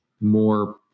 more